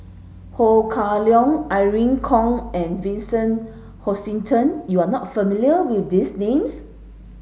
Ho Kah Leong Irene Khong and Vincent Hoisington you are not familiar with these names